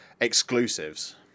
exclusives